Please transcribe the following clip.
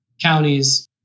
counties